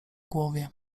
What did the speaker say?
głowie